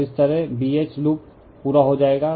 तो इस तरह BH लूप पूरा हो जाएगा